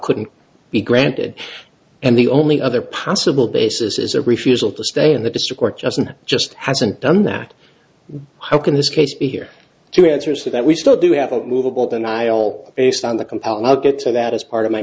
couldn't be granted and the only other possible basis is a refusal to stay in the district or just just hasn't done that how can this case be here to answer so that we still do have a movable deny all based on the compound i'll get to that as part of my